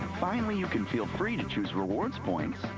finally you can feel free to choose rewards points.